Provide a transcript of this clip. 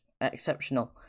exceptional